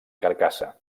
carcassa